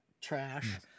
trash